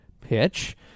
pitch